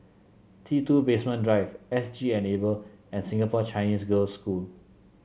T two Basement Drive SG Enable and Singapore Chinese Girls' School